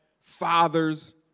fathers